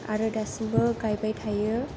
आरो दासिमबो गायबाय थायो